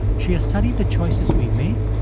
she has studied the choices we make,